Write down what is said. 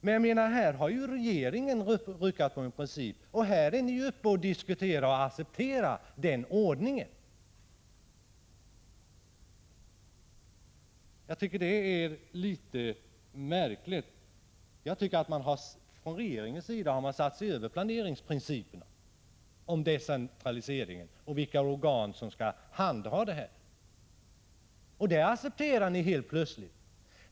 I detta fall har regeringen ruckat på en princip, men ni är uppe i talarstolen och diskuterar vägen mellan Varberg och Långås. Tydligen accepterar ni denna ordning. Jag tycker att det är litet märkligt. Regeringen har satt sig över planeringsprinciperna om decentralisering och bestämmelserna om vilka organ som skall handha dessa frågor. Det accepterar ni helt plötsligt.